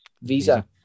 visa